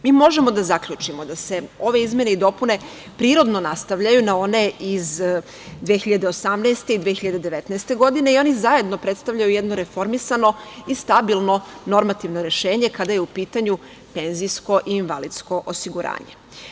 Mi možemo da zaključimo da se ove izmene i dopune prirodno nastavljaju na one iz 2018. godine i 2019. godine i oni zajedno predstavljaju jedno reformisano i stabilno normativno rešenje, kada je u pitanju penzijsko i invalidsko osiguranje.